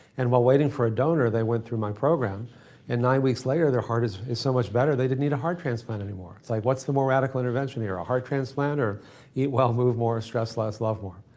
and while waiting for a donor, they went through my program and nine weeks later, their heart is is so much better they didn't need a heart transplant anymore. it's like what's the more radical and invention here? a heart transplant or eat well, move more, stress less, love more?